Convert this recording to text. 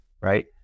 right